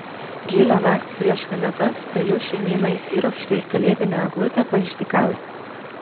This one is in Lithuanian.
gilią naktį prieš kalėdas pelių šeimyna įsiropštė į kalėdinę eglutę paišdykauti